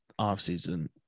offseason